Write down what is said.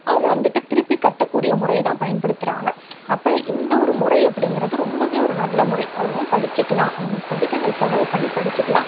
அவங்க வந்துட்டு திருப்பி கட்டக்கூடிய முறையைதான் பயன்படுத்துகிறாங்க அப்போ இந்த ஒரு முறை அப்படிங்கிறது ரொம்பவே ஒரு நல்ல முறை அவங்களாம் படிச்சிக்கலாம் அவங்க இப்பதைக்கி அந்த செலவு பண்ணி படிச்சிக்கலாம்